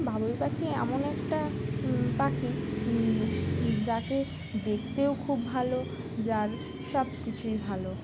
বাবুই পাখি এমন একটা পাখি যাকে দেখতেও খুব ভালো যার সব কিছুই ভালো